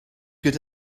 get